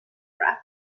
breath